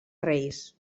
reis